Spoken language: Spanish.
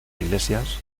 iglesias